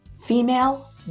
female